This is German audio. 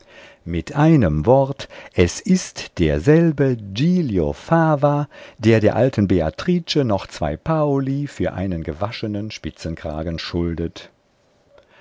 mit einem wort es ist derselbe giglio fava der der alten beatrice noch zwei paoli für einen gewaschenen spitzenkragen schuldet